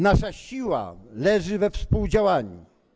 Nasza siła leży we współdziałaniu.